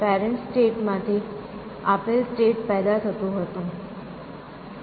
parent state માંથી આપેલ state પેદા થયું હતું